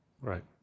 Right